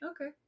Okay